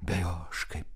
be jo aš kaip